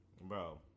bro